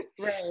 Right